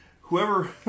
whoever